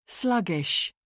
Sluggish